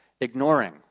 ignoring